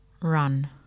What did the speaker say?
run